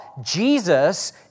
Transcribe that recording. Jesus